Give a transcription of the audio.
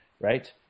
right